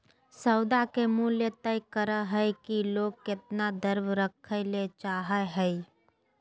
सौदा के मूल्य तय करय हइ कि लोग केतना द्रव्य रखय ले चाहइ हइ